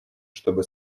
чтобы